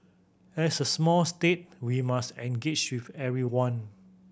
as a small state we must engage with everyone